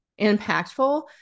impactful